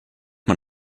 man